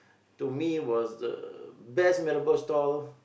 to me was the best mee-rebus store